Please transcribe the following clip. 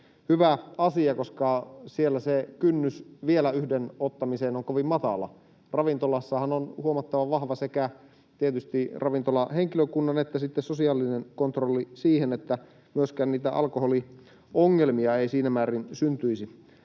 hyvä asia, koska siellä se kynnys vielä yhden ottamiseen on kovin matala. Ravintolassahan on huomattavan vahva sekä tietysti ravintolahenkilökunnan että sitten sosiaalisen puolen kontrolli siihen, että myöskään niitä alkoholiongelmia ei siinä määrin syntyisi.